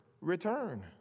return